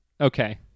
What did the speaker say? Okay